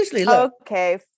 Okay